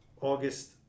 August